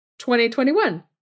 2021